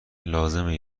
لازمه